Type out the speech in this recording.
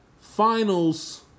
finals